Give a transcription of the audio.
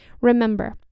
Remember